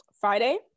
Friday